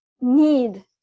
need